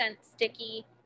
sticky